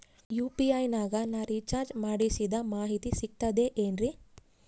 UPI ನಾಗ ನಾ recharge ಮಾಡಿಸಿದ ಮಾಹಿತಿ ಸಿಕ್ತದೆ ಏನ್ರಿ?